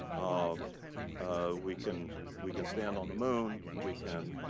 ah ah we can we can stand on the moon. we can